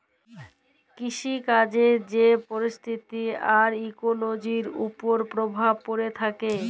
কিসিকাজের যে পরকিতি আর ইকোলোজির উপর পরভাব প্যড়ে থ্যাকে